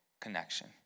connection